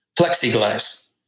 plexiglass